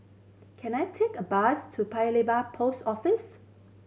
can I take a bus to Paya Lebar Post Office